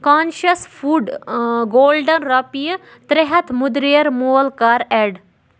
conscious food golden رۄپیہِ ترٛےٚ ہَتھ مٔدریر مۄل کَر ایڈ